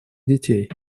детей